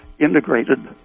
integrated